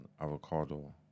avocado